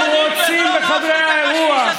הם רוצים בחדרי האירוח.